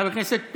אדוני.